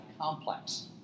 complex